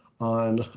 on